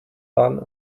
done